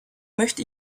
möchte